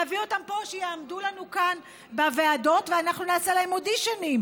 להביא אותם פה שיעמדו לנו כאן בוועדות ואנחנו נעשה להם אודישנים.